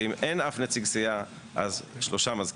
אם אין אף נציג סיעה אז שלושה מזכירים.